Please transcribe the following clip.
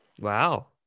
Wow